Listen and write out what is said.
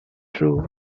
true